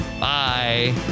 Bye